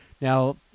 Now